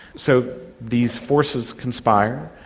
so these forces conspire,